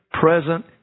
present